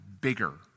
bigger